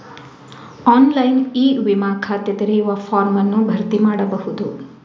online e ವಿಮಾ ಖಾತೆ ತೆರೆಯುವ ಫಾರ್ಮ್ ಅನ್ನು ಭರ್ತಿ ಮಾಡಬಹುದು